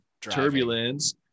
turbulence